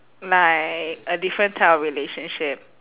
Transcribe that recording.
like a different type of relationship